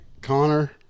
Connor